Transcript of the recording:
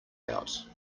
out